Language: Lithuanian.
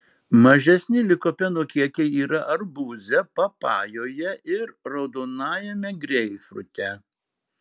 mažesni likopeno kiekiai yra arbūze papajoje ir raudonajame greipfrute